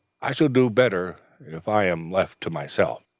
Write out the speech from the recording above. i shall do better if i am left to myself.